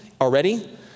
already